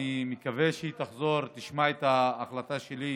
אני מקווה שהיא תחזור והיא תשמע את ההחלטה שלי.